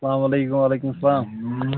سلامُ علیکُم وعلیکُم سلام